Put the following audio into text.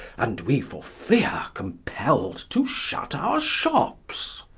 and we, for feare, compell'd to shut our shops.